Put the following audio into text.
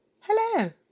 Hello